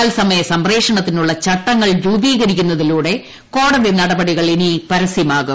തത്സമയ സംപ്രേക്ഷണത്തിനുള്ള ചട്ടങ്ങൾ രൂപീകരിക്കുന്നതിലൂടെ കോടതി നടപടികൾ ഇനി പരസ്യമാകും